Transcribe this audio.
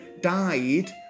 died